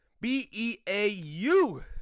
B-E-A-U